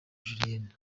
julienne